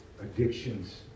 addictions